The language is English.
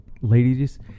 ladies